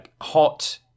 hot